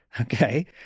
Okay